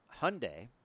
Hyundai—